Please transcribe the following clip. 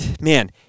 Man